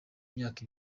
imyaka